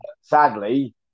Sadly